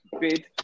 bid